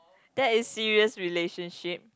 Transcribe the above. that is serious relationship